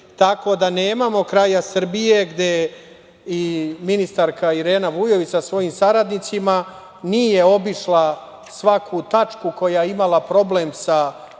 Tako da nemamo kraja Srbije gde i ministarka Irena Vujović sa svojim saradnicima nije obišla svaku tačku koja je imala problem sa